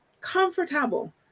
comfortable